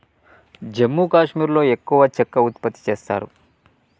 జమ్మూ కాశ్మీర్లో ఎక్కువ చెక్క ఉత్పత్తి చేస్తారు